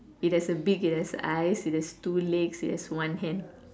it has a beak it has eyes it has two legs it has one hand